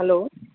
hello